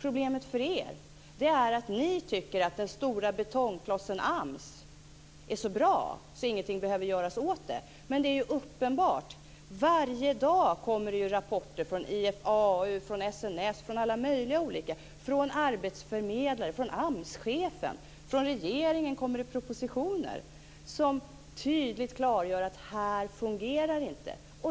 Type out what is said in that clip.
Problemet för er är att ni tycker att den stora betongklossen AMS är så bra att ingenting behöver göras, men det är ju uppenbart. Varje dag kommer det rapporter från IFAU, från SNS, från arbetsförmedlare, från AMS-chefen och från alla möjliga. Från regeringen kommer det propositioner som tydligt klargör att det inte fungerar.